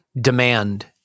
demand